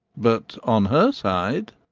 but on her side?